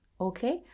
Okay